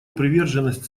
приверженность